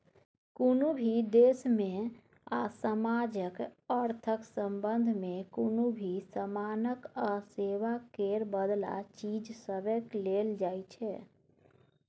कुनु भी देश में आ समाजक अर्थक संबंध में कुनु भी समानक आ सेवा केर बदला चीज सबकेँ लेल जाइ छै